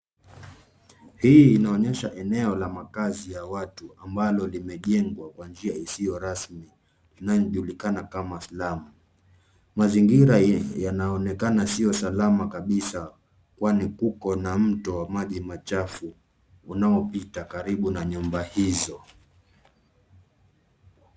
Hii inaonyesha eneo la makazi ya watu ambalo imejengwa kw njia isiyo rasmi inayojulikana kama slum .Mazingira yanaonekana sio salama kabisa kwani kuko na mto wa maji machafu unaopita karibu ma nyumba hizo.